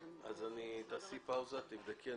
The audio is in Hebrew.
אז תבדקי,